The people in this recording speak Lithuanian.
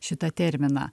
šitą terminą